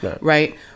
Right